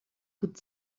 could